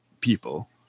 people